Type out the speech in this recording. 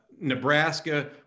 Nebraska